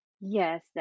Yes